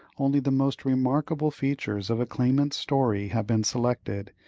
only the most remarkable features of a claimant's story have been selected,